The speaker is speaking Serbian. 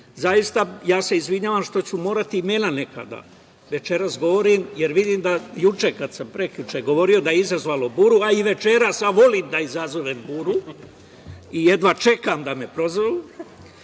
Zaista ja se izvinjavam što ću morati imena neka da večeras govorim, jer vidim da juče, prekjuče kada sam govorio je izazvalo buru, a i večeras, volim da izazovem buru i jedva čekam da me prozovu.E,